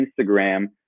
Instagram